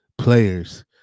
players